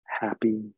happy